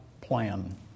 plan